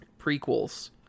prequels